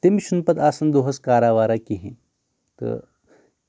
تٔمِس چھُ نہٕ پَتہٕ آسان دۄہَس کارا وارا کِہینۍ تہٕ